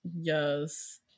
yes